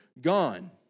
gone